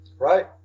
Right